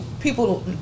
people